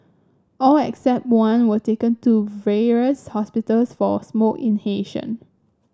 all except one were taken to various hospitals for smoke inhalation